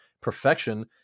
perfection